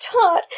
Todd